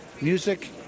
music